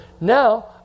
Now